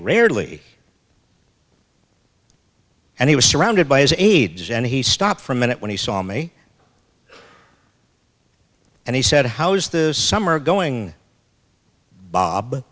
rarely and he was surrounded by his aides and he stopped for a minute when he saw me and he said how's this summer going bob